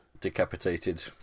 decapitated